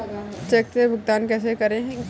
Check से भुगतान कैसे करें?